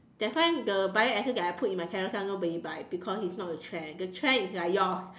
that's why the bioessence that I put in my carousell nobody buy because it's not a trend the trend is like yours